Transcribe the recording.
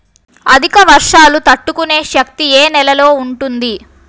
అధిక వర్షాలు తట్టుకునే శక్తి ఏ నేలలో ఉంటుంది?